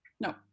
No